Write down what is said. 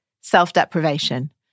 self-deprivation